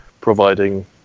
providing